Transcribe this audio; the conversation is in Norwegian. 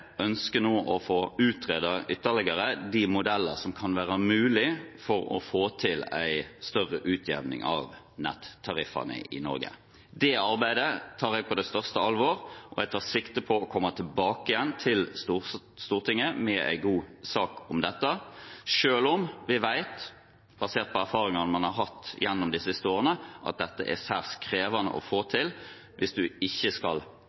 nå ønsker å få ytterligere utredet modeller som kan gjøre det mulig å få til en større utjevning av nettariffene i Norge. Det arbeidet tar jeg på det største alvor, og jeg tar sikte på å komme tilbake igjen til Stortinget med en god sak om dette, selv om vi vet – basert på erfaringene man har hatt gjennom de siste årene – at dette er særs krevende å få til hvis en ikke skal